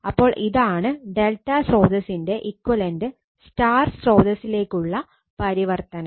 അപ്പോൾ ഇതാണ് Δ സ്രോതസ്സിന്റെ ഇക്വലന്റ് Y സ്രോതസ്സിലേക്കുള്ള പരിവർത്തനം